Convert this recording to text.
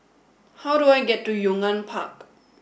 how do I get to Yong An Park